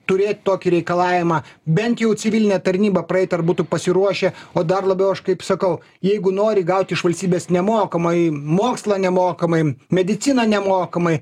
turėt tokį reikalavimą bent jų civilinę tarnybą praeit ar būtų pasiruošę o dar labiau aš kaip sakau jeigu nori gauti iš valstybės nemokamai mokslą nemokamai mediciną nemokamai